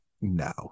no